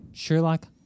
Sherlock